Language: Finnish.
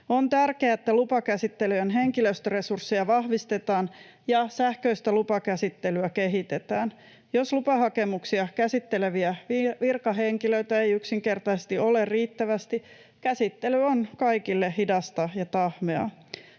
On tärkeää, että lupakäsittelyjen henkilöstöresursseja vahvistetaan ja sähköistä lupakäsittelyä kehitetään. Jos lupahakemuksia käsitteleviä virkahenkilöitä ei yksinkertaisesti ole riittävästi, käsittely on kaikille hidasta ja tahmeaa.